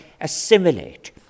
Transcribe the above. assimilate